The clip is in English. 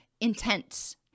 intense